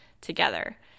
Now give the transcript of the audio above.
together